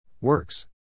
Works